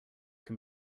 can